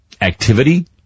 activity